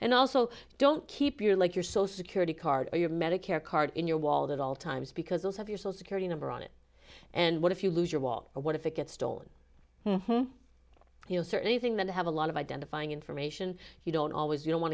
and also don't keep your like your social security card or your medicare card in your wallet at all times because those have your soul security number on it and what if you lose your walk or what if it gets stolen you know certain anything that have a lot of identifying information you don't always you don't want